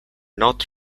not